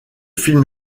film